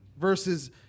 versus